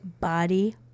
body